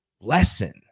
lesson